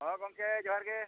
ᱦᱳᱭ ᱜᱚᱢᱠᱮ ᱡᱚᱦᱟᱨ ᱜᱮ